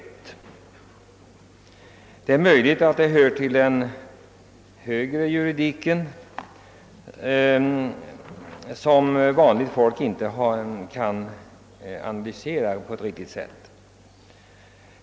Det är emellertid möjligt att detta problem hör till den högre juridiken, som vanligt folk inte kan analysera på ett riktigt sätt.